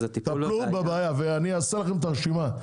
תטפלו בבעיה, ואני אעשה לכם את הרשימה.